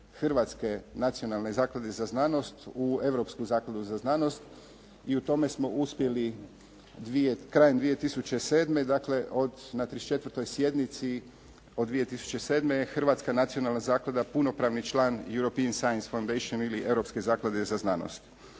Hrvatske nacionalne zaklade za znanost u europsku zakladu za znanost i u tome smo uspjeli krajem 2007. dakle, od na 34. sjednici od 2007. je Hrvatska nacionalna zaklada punopravni član european science foundation ili europske zaklade za znanost.